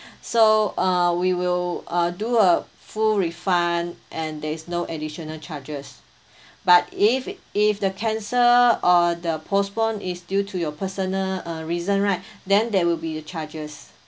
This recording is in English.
so uh we will uh do a full refund and there is no additional charges but if if the cancel or the postpone is due to your personal uh reason right then there will be a charges